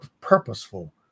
purposeful